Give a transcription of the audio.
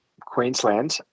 Queensland